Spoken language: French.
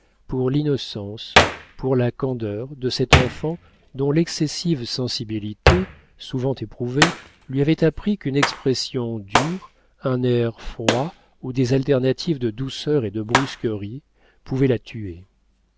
pour l'innocence pour la candeur de cette enfant dont l'excessive sensibilité souvent éprouvée lui avait appris qu'une expression dure un air froid ou des alternatives de douceur et de brusquerie pouvaient la tuer